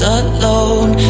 alone